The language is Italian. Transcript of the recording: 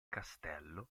castello